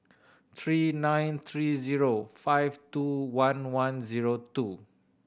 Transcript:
three nine three zero five two one one zero two